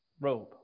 robe